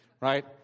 right